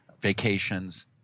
vacations